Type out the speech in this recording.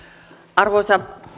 arvoisa